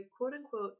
quote-unquote